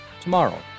tomorrow